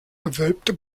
gewölbte